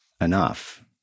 enough